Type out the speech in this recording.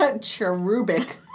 Cherubic